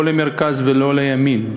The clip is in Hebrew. לא למרכז ולא לימין,